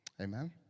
Amen